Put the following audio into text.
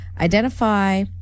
identify